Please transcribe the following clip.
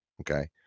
Okay